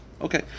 Okay